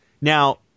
Now